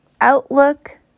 outlook